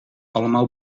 allemaal